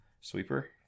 sweeper